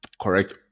correct